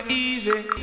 easy